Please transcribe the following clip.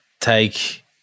take